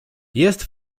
jest